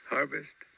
Harvest